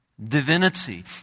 divinity